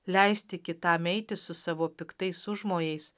leisti kitam eiti su savo piktais užmojais